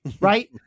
Right